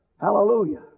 Hallelujah